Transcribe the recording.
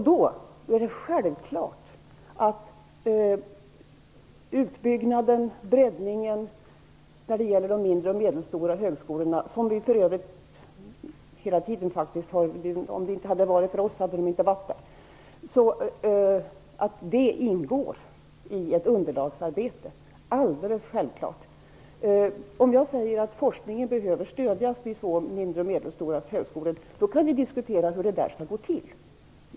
Då är det självklart att utbyggnaden och breddningen när det gäller de mindre och medelstora högskolorna ingår i ett underlagsarbete. När jag säger att forskningen behöver stödjas vid mindre och medelstora högskolor kan vi diskutera hur det skall gå till.